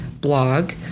blog